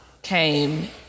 came